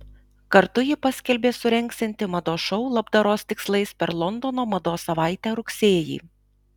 kartu ji paskelbė surengsianti mados šou labdaros tikslais per londono mados savaitę rugsėjį